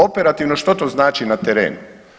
Operativno, što to znači na terenu?